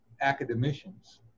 academicians